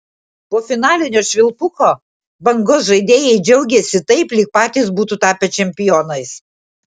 po finalinio švilpuko bangos žaidėjai džiaugėsi taip lyg patys būtų tapę čempionais